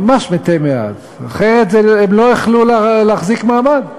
ממש מתי מעט, אחרת הם לא היו יכולים להחזיק מעמד.